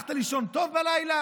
הלכת לישון טוב בלילה?